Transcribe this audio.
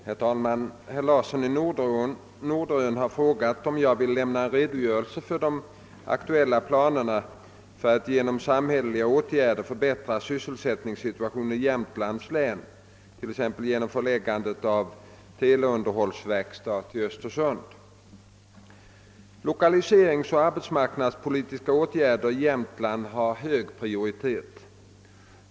Herr talman! Herr Larsson i Norderön har frågat mig om jag vill lämna en redogörelse för de aktuella planerna för att genom samhälleliga åtgärder förbättra sysselsättningssituationen i Jämtlands län t.ex. genom förläggande av teleunderhållsverkstad till Östersund. Lokaliseringsoch arbetsmarknadspolitiska åtgärder i Jämtlands län har hög prioritet.